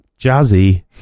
Jazzy